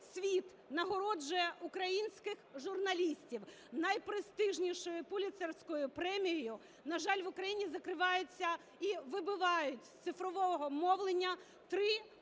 світ нагороджує українських журналістів найпрестижнішою Пулітцерівською премією, на жаль, в Україні закриваються і вибивають з цифрового мовлення три